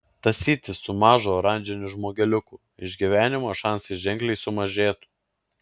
tąsytis su mažu oranžiniu žmogeliuku išgyvenimo šansai ženkliai sumažėtų